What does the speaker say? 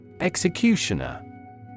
Executioner